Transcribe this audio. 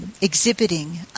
exhibiting